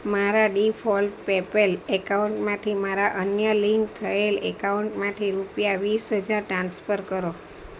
મારા default PayPal એકાઉન્ટમાંથી મારા અન્ય લિંક થયેલ એકાઉન્ટમાંથી રૂપિયા વીસ હજાર ટ્રાન્સફર કરો